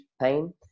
pain